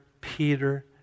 Peter